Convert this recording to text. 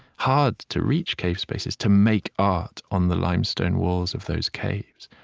hard to reach cave spaces, to make art on the limestone walls of those caves.